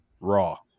raw